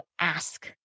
ask